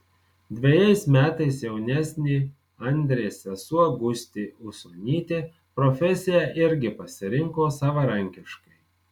dvejais metais jaunesnė andrės sesuo gustė usonytė profesiją irgi pasirinko savarankiškai